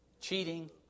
cheating